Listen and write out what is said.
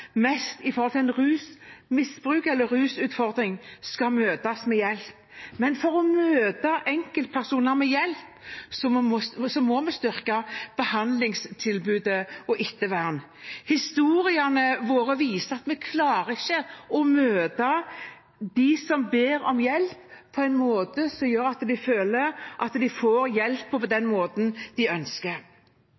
mest med rusmisbruk eller rusutfordring, skal møtes med hjelp. Men for å møte enkeltpersoner med hjelp må vi styrke behandlingstilbudet og ettervernet. Historiene våre viser at vi ikke klarer å møte dem som ber om hjelp, på en måte som gjør at de føler at de får hjelp på den